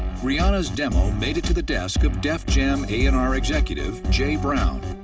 rihanna's demo made it to the desk of def jam a and r executive jay brown.